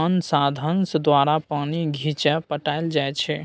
आन साधंश द्वारा पानि घीचि पटाएल जाइ छै